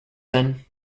then